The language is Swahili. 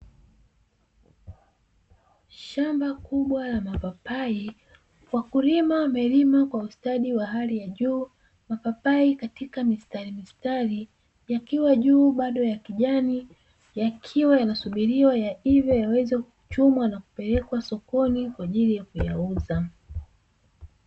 Shamba kubwa la Mapapai, wakulima wamelima kwa ustadi wa hali ya juu, mapapai katika mistari mistari, yakiwa juu bado ya kijani, yakiwa yanasubiriwa yaive, yaweze kuchumwa na kupelekwa sokoni kwa ajili ya kuyauza.